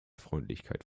freundlichkeit